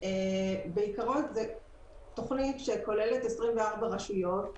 בעיקרון זה תוכנית שכוללת 24 רשויות,